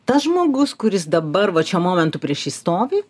tas žmogus kuris dabar vat šiuo momentu prieš jį stovi